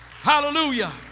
Hallelujah